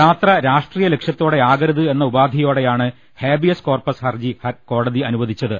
യാത്ര രാഷ്ട്രീയ ലക്ഷ്യത്തോടെയാക രുതെന്ന ഉപാധിയോടെയാണ് ഹേബിയസ് കോർപസ് ഹർജി കോടതി അനുവദിച്ചത്